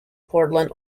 portland